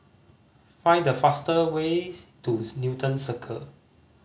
find the fast way to Newton Circus